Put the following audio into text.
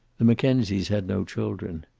the mackenzies had no children.